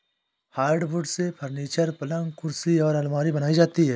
hardwood से furniture, पलंग कुर्सी और आलमारी बनाई जाती है